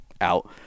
out